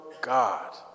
God